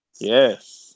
Yes